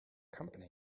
company